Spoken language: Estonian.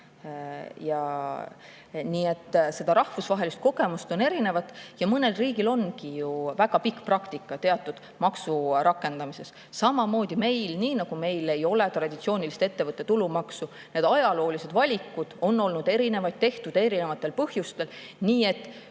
Nii et rahvusvahelist kogemust on erinevat. Mõnel riigil ongi ju väga pikk praktika teatud maksu rakendamises. Samamoodi nagu meil ei ole traditsioonilist ettevõtte tulumaksu. Need ajaloolised valikud on olnud erinevad, tehtud erinevatel põhjustel, nii et